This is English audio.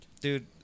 Dude